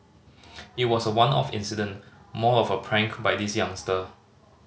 it was a one off incident more of a prank by this youngster